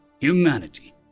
Humanity